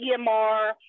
EMR